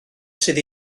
sydd